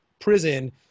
prison